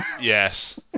yes